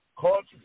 Culture